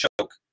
choke